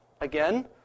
Again